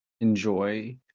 enjoy